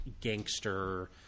gangster